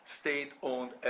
state-owned